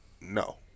No